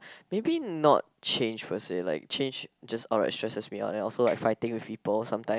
maybe not change first per se like change is just outright stresses me out and also like fighting with people sometime